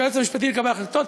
של היועץ המשפטי לקבל החלטות,